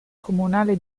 comunale